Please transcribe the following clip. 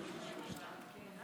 תעשו הצבעה שמית,